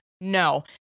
no